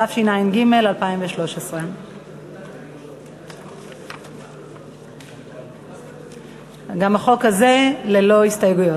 התשע"ג 2013. גם החוק הזה ללא הסתייגויות.